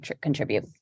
contribute